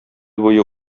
буе